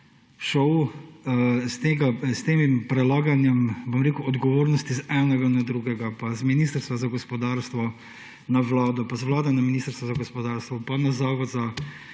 šov s tem prelaganjem odgovornosti z enega na drugega, pa z Ministrstva za gospodarstvo na Vlado, pa z Vlade na Ministrstvo za gospodarstvo, pa na Zavod za